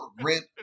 rent